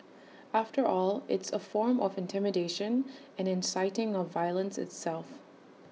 after all it's A form of intimidation and inciting of violence itself